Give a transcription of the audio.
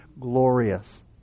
glorious